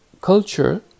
Culture